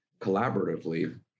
collaboratively